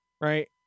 right